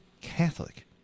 Catholic